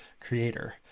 creator